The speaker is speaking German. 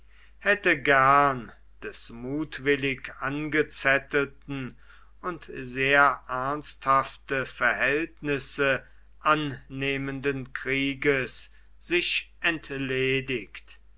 hätte gern des mutwillig angezettelten und sehr ernsthafte verhältnisse annehmenden krieges sich entledigt